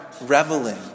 reveling